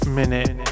minute